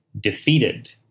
defeated